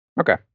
Okay